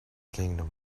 kingdom